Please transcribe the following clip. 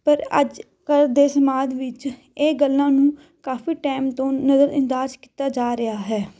ਪਰ ਅੱਜ ਕੱਲ੍ਹ ਦੇ ਸਮਾਜ ਵਿੱਚ ਇਹ ਗੱਲਾਂ ਨੂੰ ਕਾਫੀ ਟਾਈਮ ਤੋਂ ਨਜਰ ਅੰਦਾਜ਼ ਕੀਤਾ ਜਾ ਰਿਹਾ ਹੈ